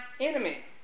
enemy